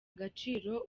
agaciro